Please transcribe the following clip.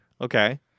Okay